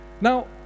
Now